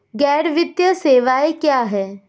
गैर वित्तीय सेवाएं क्या हैं?